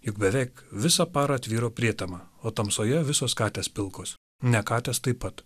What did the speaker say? juk beveik visą parą tvyro prietema o tamsoje visos katės pilkos ne katės taip pat